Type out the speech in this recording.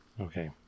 Okay